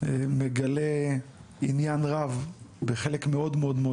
שמגלה עניין רב בחלק מאוד מאוד מאוד